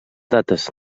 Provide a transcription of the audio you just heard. dates